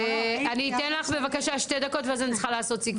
אני אתן לך בבקשה שתי דקות ואז אני צריכה לעשות סיכום.